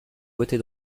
côté